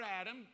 Adam